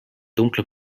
dunkle